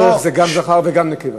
"דרך" זה גם זכר וגם נקבה.